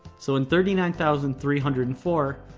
so in thirty nine thousand three hundred and four,